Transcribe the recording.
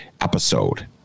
episode